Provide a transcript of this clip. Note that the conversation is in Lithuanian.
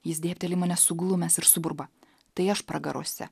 jis dėbteli į mane suglumęs ir suburba tai aš pragaruose